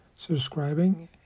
subscribing